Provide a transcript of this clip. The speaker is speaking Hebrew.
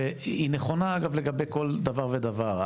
והיא נכונה לגבי כל דבר ודבר,